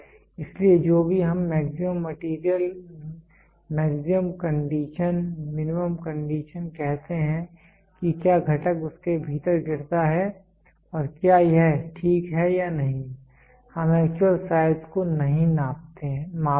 इसलिए जो भी हम maximum material maximum condition minimum condition कहते हैं कि क्या घटक उसके भीतर गिरता है और क्या यह ठीक है या नहीं हम एक्चुअल साइज को नहीं मापते हैं